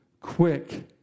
quick